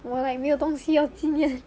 我 like 没有什么东西要纪念